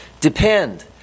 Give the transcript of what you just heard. Depend